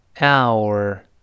hour